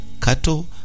cattle